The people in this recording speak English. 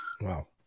Wow